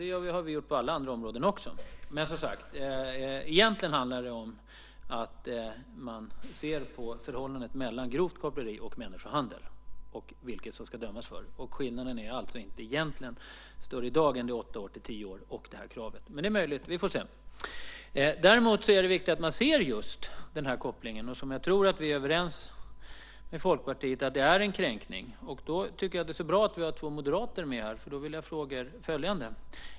Det har vi också gjort på alla andra områden. Det handlar egentligen om att man ser på förhållandet mellan grovt koppleri och människohandel och vilket man ska döma för. Skillnaden är i dag inte större än från åtta år till tio år och det krav som finns. Men det är möjligt att det ska ändras. Vi får se. Däremot är det viktigt att man ser just den kopplingen. Jag tror att vi är överens med Folkpartiet att det är en kränkning. Det är bra att vi har två moderater med här i debatten. Jag vill fråga er följande.